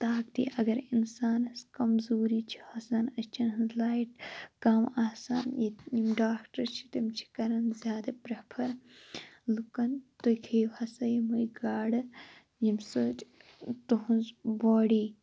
تاقہِ اَگَرے اِنسانَس کَمزوٗری چھِ آسان ٲچھَن ہنٛز لایِٹ کَم آسان ییٚتہِ یِم ڈاکٹَر چھِ تِم چھِ کَران زیادٕ پرٮ۪فَر لُکَن تُہۍ کھیٚیو ہَسا یِمَے گاڈٕ ییٚمہِ سۭتۍ تُہنٛز باڈی